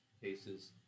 cases